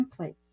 templates